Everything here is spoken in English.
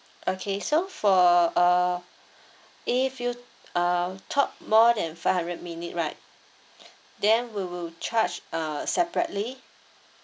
okay so for uh if you uh talk more than five hundred minute right then we will charge uh separately